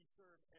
serve